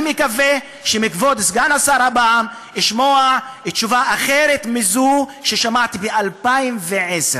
אני מקווה לשמוע הפעם מכבוד סגן השר תשובה אחרת מזו ששמעתי ב-2010.